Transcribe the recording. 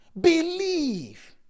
believe